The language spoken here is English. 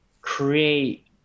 create